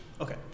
Okay